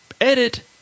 edit